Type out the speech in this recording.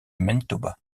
manitoba